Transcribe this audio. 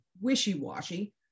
wishy-washy